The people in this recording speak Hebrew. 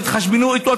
תתחשבנו איתו,